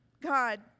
God